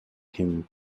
him